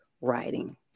writing